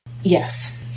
yes